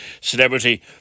Celebrity